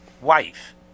wife